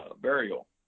burial